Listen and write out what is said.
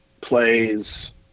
plays